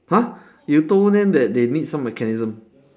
!huh! you told them that they need some mechanism